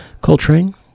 Coltrane